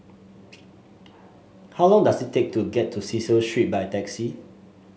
how long does it take to get to Cecil Street by taxi